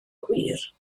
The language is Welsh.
gwir